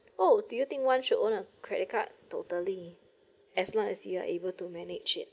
oh do you think one should own a credit card totally as long as you are able to manage it